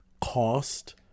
cost